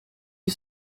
die